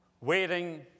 waiting